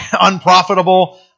Unprofitable